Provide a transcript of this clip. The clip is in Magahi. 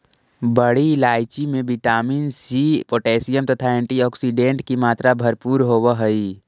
बड़ी इलायची में विटामिन सी पोटैशियम तथा एंटीऑक्सीडेंट की मात्रा भरपूर होवअ हई